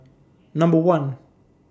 Number one